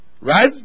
right